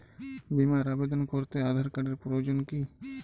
বিমার আবেদন করতে আধার কার্ডের প্রয়োজন কি?